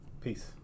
Peace